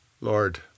Lord